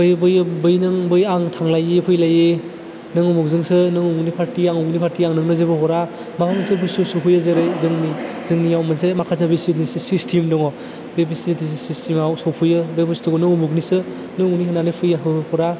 बैयो बैयो बैजों बै आं थांलायि फैलायि नों उमुगजोंसो नों उमुगनि पार्टि आं उमुगनि पार्टि आं नोंनो जेबो हरा माबा मोनसे बुस्थु सफैयो जेरै जोंनि जोंनियाव मोनसे माखासे भिसिडिसि सिस्टेम दङ बे भिसिडिसि सिस्टेमाव सौफैयो बे बुस्टुखौनो उमुगनिसो नों उमुगनि होननानै फैसाखौ हरा